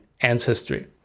ancestry